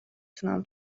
تونم